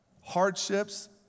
hardships